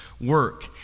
work